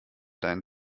deinen